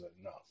enough